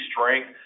strength